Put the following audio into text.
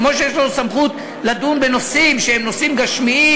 כמו שיש לו סמכות לדון בנושאים שהם נושאים גשמיים,